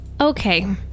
Okay